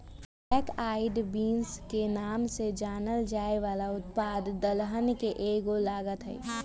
black eyed beans के नाम से जानल जाये वाला उत्पाद दलहन के एगो लागत हई